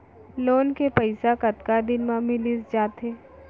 Loan के पइसा कतका दिन मा मिलिस जाथे?